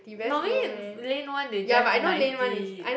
normally lane one they drive ninety